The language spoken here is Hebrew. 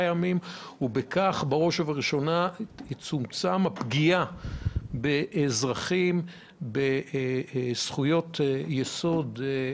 ימים ובכך תצומצם הפגיעה באזרחים ובזכויות יסוד שלהם,